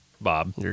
Bob